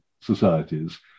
societies